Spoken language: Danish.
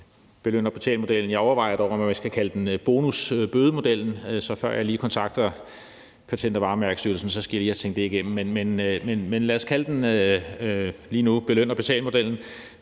Jeg overvejer dog, om jeg skal kalde den bonus-bøde-modellen, så før jeg lige kontakter Patent- og Varemærkestyrelsen, skal jeg lige have tænkt det igennem. Men lad os kalde den beløn-betal-modellen